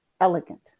elegant